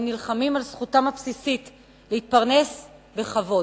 הם נלחמים על זכותם הבסיסית להתפרנס בכבוד.